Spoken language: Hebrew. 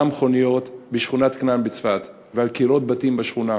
מכוניות בשכונת כנען בצפת ועל קירות בתים בשכונה.